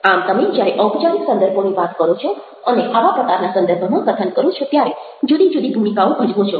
આમ તમે જ્યારે ઔપચારિક સંદર્ભોની વાત કરો છો અને આવા પ્રકારના સંદર્ભમાં કથન કરો છો ત્યારે જુદી જુદી ભૂમિકાઓ ભજવો છો